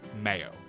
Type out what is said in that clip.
Mayo